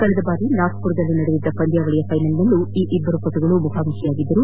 ಕಳೆದ ಬಾರಿ ನಾಗ್ದುರ್ನಲ್ಲಿ ನಡೆದಿದ್ದ ಪಂದ್ಯಾವಳಿಯ ಫೈನಲ್ನಲ್ಲೂ ಈ ಅಬ್ಬರು ಪಟುಗಳು ಮುಖಾಮುಖಿಯಾಗಿದ್ದು